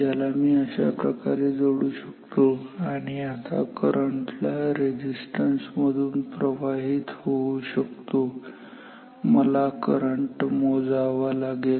ज्याला मी अशाप्रकारे जोडू शकतो आणि आता करंट या रेझिस्टन्स मधून प्रवाहित होऊ शकतो मला करंट मोजावा लागेल